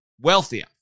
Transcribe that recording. wealthier